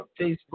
Facebook